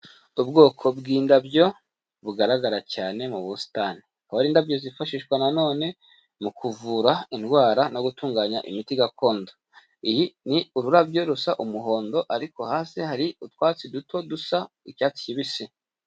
Ubwoko bw'indabyo bugaragara cyane mu busitani, aho indabyo zifashishwa na none mu kuvura indwara no gutunganya imiti gakondo, iyi ni ururabyo rusa umuhondo ariko hasi hari utwatsi duto dusa icyatsi kibisi.